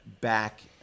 back